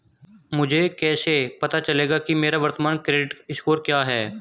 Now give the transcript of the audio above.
मुझे कैसे पता चलेगा कि मेरा वर्तमान क्रेडिट स्कोर क्या है?